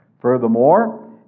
furthermore